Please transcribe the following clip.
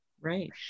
right